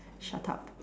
shut up